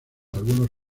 algunos